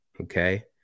okay